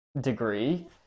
degree